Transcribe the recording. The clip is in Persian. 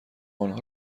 آنها